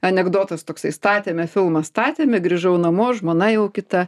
anekdotas toksai statėme filmą statėme grįžau namo žmona jau kita